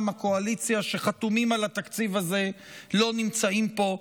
הקואליציה שחתומים על התקציב הזה לא נמצאים פה,